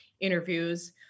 interviews